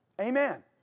Amen